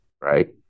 Right